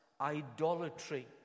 idolatry